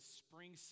spring